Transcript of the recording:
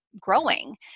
growing